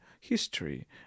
history